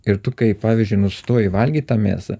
ir tu kai pavyzdžiui nustoji valgyt tą mėsą